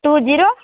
two zero